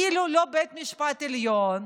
אילולא בית המשפט העליון,